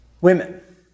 women